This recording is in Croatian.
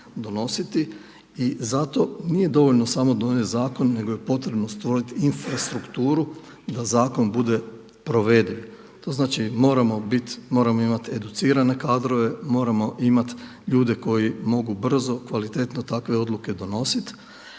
donositi i zato nije samo dovoljno donijeti zakon nego je potrebno stvoriti infrastrukturu da zakon bude provediv. To znači moramo imati educirane kadrove, moramo imati ljude koji mogu brzo, kvalitetno takve odluke donositi